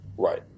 Right